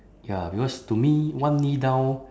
ya because to me one knee down